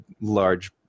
large